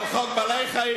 אבל חוק בעלי-חיים,